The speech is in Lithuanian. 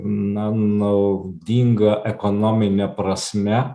na naudinga ekonomine prasme